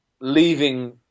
leaving